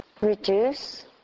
reduce